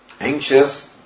anxious